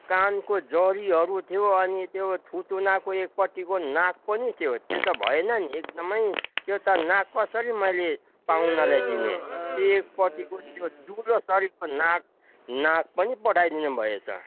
कानको जरीहरू थियो अनि त्यो थुतुनोको एकपट्टिको नाक पनि थियो त्यो त भएन नि एकदम त्यो त नाक कसरी मैले पाहुनालाई दिनु त्यो एकपट्टिको त्यो दुलोसरिको नाक नाक पनि पठाइदिनु भएछ